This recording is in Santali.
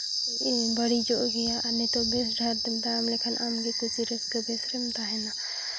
ᱵᱟᱹᱲᱤᱡᱚᱜ ᱜᱮᱭᱟ ᱟᱨ ᱱᱤᱛᱚᱜ ᱵᱮᱥ ᱰᱟᱦᱟᱨ ᱛᱮᱢ ᱛᱟᱲᱟᱢ ᱞᱮᱠᱷᱟᱱ ᱟᱢᱜᱮ ᱠᱩᱥᱤ ᱨᱟᱹᱥᱠᱟᱹ ᱵᱮᱥ ᱨᱮᱢ ᱛᱟᱦᱮᱱᱟ